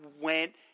went